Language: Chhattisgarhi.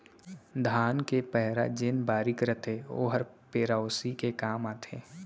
धान के पैरा जेन बारीक रथे ओहर पेरौसी के काम आथे